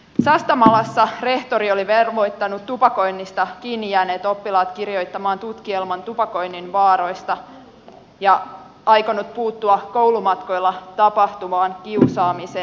sastamalassa rehtori oli velvoittanut tupakoinnista kiinni jääneet oppilaat kirjoittamaan tutkielman tupakoinnin vaaroista ja aikonut puuttua koulumatkoilla tapahtuvaan kiusaamiseen